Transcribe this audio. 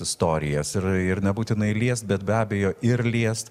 istorijas ir ir nebūtinai liest bet be abejo ir liest